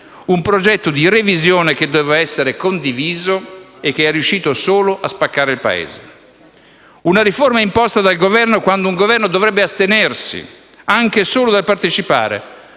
un progetto di revisione che doveva essere condiviso e che è riuscito solo a spaccare il Paese. Una riforma imposta dal Governo, quando un Governo dovrebbe astenersi anche solo dal partecipare,